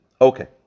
Okay